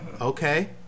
Okay